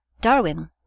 Darwin